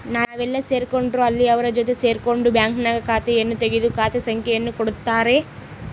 ನಾವೆಲ್ಲೇ ಸೇರ್ಕೊಂಡ್ರು ಅಲ್ಲಿ ಅವರ ಜೊತೆ ಸೇರ್ಕೊಂಡು ಬ್ಯಾಂಕ್ನಾಗ ಖಾತೆಯನ್ನು ತೆಗೆದು ಖಾತೆ ಸಂಖ್ಯೆಯನ್ನು ಕೊಡುತ್ತಾರೆ